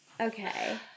Okay